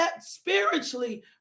Spiritually